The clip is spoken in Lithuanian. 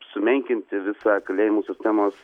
sumenkinti visą kalėjimų sistemos